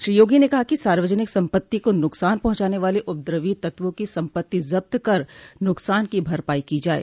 श्री योगी ने कहा कि सार्वजनिक सम्पत्ति को नुकसान पहुंचाने वाले उपद्रवी तत्वों की सम्पत्ति जब्त कर नुकसान की भरपाई की जाये